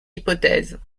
hypothèses